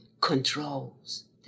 controls